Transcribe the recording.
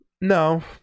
No